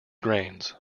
grains